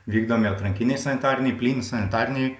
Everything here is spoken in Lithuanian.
vykdomi atrankiniai sanitariniai plyni sanitariniai